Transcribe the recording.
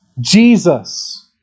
Jesus